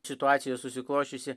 situacija susiklosčiusi